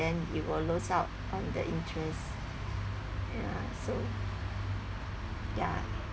then you will lose out on the interest ya so ya